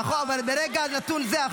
אבל ברגע נתון זה,